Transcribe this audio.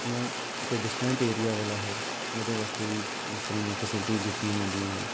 ਜਾਂ ਕਿਤੇ distant area ਵਾਲਾ ਹੈ ਉਹਦੇ ਵਾਸਤੇ ਵੀ ਉਸ ਤਰ੍ਹਾਂ ਨਾਲ ਫੈਸਿਲਿਟੀ ਦਿੱਤੀਆਂ ਜਾਂਦੀਆਂ ਹਨ